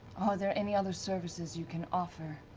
are there any other services you can offer